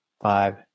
five